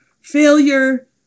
failure